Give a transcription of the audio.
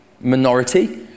minority